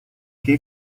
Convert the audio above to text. che